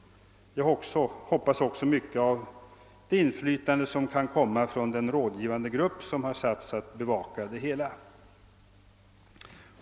Jag hoppas också mycket av det inflytande som kan komma från den rådgivande grupp som satts att råda och bevaka det hela.